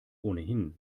ohnehin